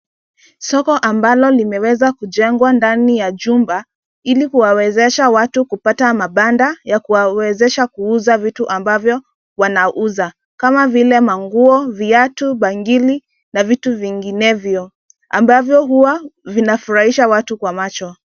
Soko ambalo limeweza kujengwa ndani ya jumba ilikuwawezesha watu kupata mabanda ya kuwawezesha kuuza vitu ambavyo wanauza, kama vile: manguo, viatu, bangili na vitu vinginevyo ambavyo huwa vinafurahisha watu kwa macho.